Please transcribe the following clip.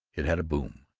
it had a boom.